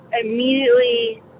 immediately